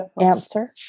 answer